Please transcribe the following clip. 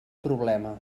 problema